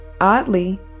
Oddly